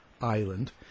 Island